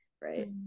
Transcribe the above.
Right